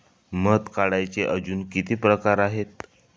मध काढायचे अजून किती प्रकार आहेत?